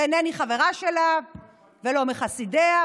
ואינני חברה שלה ולא מחסידיה,